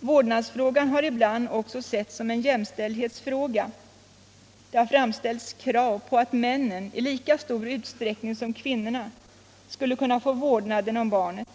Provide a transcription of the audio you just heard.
Vårdnadsfrågan har ibland också setts som en jämställdhetsfråga. Det har framställts krav på att männen, i lika stor utsträckning som kvinnorna, skulle kunna få vårdnaden om barnet.